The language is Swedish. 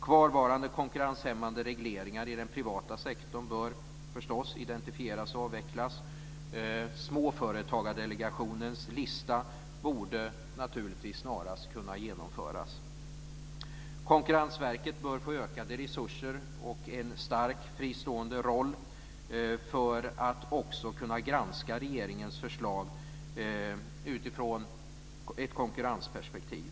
Kvarvarande konkurrenshämmande regleringar i den privata sektorn bör förstås identifieras och avvecklas. Småföretagardelegationens lista borde naturligtvis snarast kunna genomföras. Konkurrensverket bör få ökade resurser och en stark fristående roll för att också kunna granska regeringens förslag i ett konkurrensperspektiv.